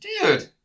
Dude